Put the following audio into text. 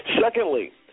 Secondly